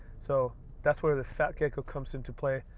so that's where the fat gecko comes into play.